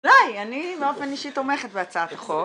אולי, אני באופן אישי תומכת בהצעת החוק,